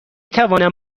توانم